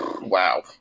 wow